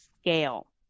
scale